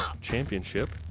Championship